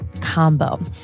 combo